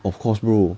of course bro